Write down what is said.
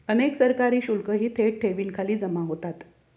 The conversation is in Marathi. अनेक सरकारी शुल्कही थेट ठेवींखाली जमा होतात